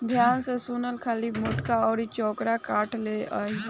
ध्यान से सुन खाली मोटका अउर चौड़का काठ ले अइहे